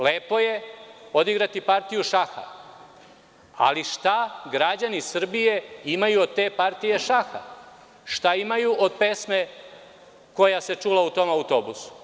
Lepo je odigrati partiju šaha, ali šta građani Srbije imaju od te partije šaha, šta imaju od pesme koja se čula u tom autobusu?